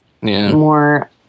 more